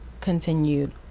continued